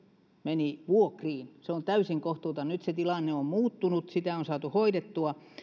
meni vuokriin se on täysin kohtuutonta nyt se tilanne on muuttunut sitä on saatu hoidettua